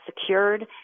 secured